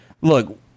look